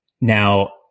Now